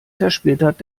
zersplitterte